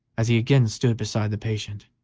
as he again stood beside the patient.